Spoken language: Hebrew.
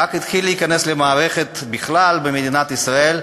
רק התחיל להיכנס למערכת בכלל במדינת ישראל,